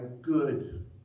good